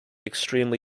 extremely